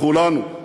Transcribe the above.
לכולנו.